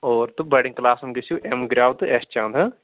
اور تہٕ بَڈین کٕلاسن گٔژھِو ایم گرٛو تہٕ ایس چانٛد ہٕنٛہ